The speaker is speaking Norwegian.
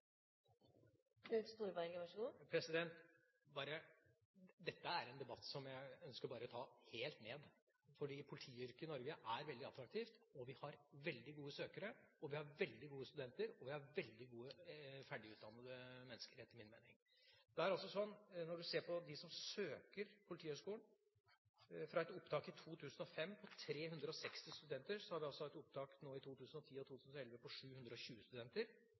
Dette er en debatt som jeg ønsker å ta helt ned, for politiyrket i Norge er veldig attraktivt. Vi har veldig gode søkere, vi har veldig gode studenter, og etter min mening har vi veldig gode ferdigutdannede mennesker. Det er altså slik, når man ser på dem som søker Politihøgskolen, at fra et opptak i 2005 på 360 studenter har vi hatt et opptak i 2010 og 2011 på 720 studenter.